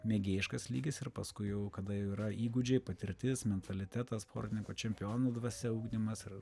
mėgėjiškas lygis ir paskui jau kada yra įgūdžiai patirtis mentalitetas sportininko čempionų dvasia ugdymas ir